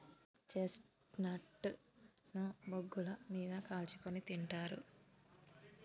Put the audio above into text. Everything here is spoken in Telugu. చెస్ట్నట్ ను బొగ్గుల మీద కాల్చుకుని తింటారు